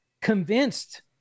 convinced